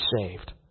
saved